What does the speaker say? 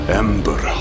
ember